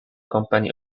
company